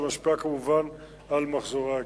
ומשפיעה כמובן על מחזורי הגיוס.